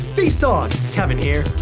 vsauce! kevin here.